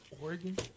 Oregon